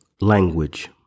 language